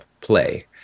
play